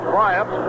Bryant